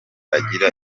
agira